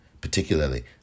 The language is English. particularly